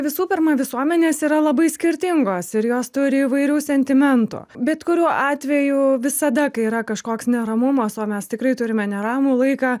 visų pirma visuomenės yra labai skirtingos ir jos turi įvairių sentimentų bet kuriuo atveju visada kai yra kažkoks neramumas o mes tikrai turime neramų laiką